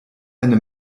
eine